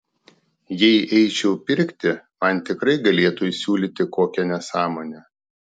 jei eičiau pirkti man tikrai galėtų įsiūlyti kokią nesąmonę